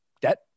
debt